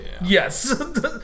Yes